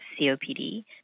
COPD